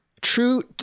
True